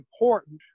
important